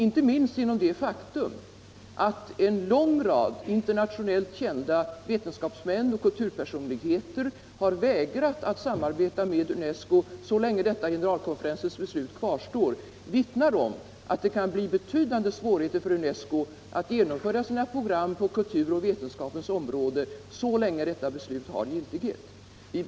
Inte minst det faktum att en lång rad internationellt kända vetenskapsmän och kulturpersonligheter har vägrat att samarbeta med UNES CO så länge detta generalkonferensens beslut kvarstår, vittnar om att det kan bli betydande svårigheter för UNESCO att genomföra sina program på kulturens och vetenskapens område så länge detta beslut har giltighet.